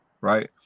right